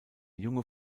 junge